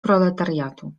proletariatu